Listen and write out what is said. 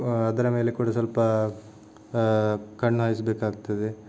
ಅದರ ಮೇಲೆ ಕೂಡ ಸ್ವಲ್ಪ ಕಣ್ಣು ಹಾಯಿಸ ಬೇಕಾಗ್ತದೆ